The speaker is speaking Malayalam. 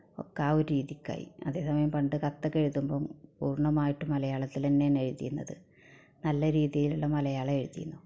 ഒക്കെ ആ ഒരു രീതിയ്ക്കായ് അതേ സമയം പണ്ട് കത്തക്കെ എഴുതുമ്പം പൂർണ്ണമായിട്ട് മലയാളത്തിലന്നെണ് എഴുതിയിരുന്നത് നല്ല രീതിലുള്ള മലയാളം എഴുതിയിരുന്നു